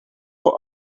voor